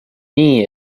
nii